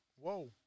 Whoa